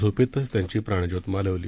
झोपेतच त्यांची प्राणज्योत मालवली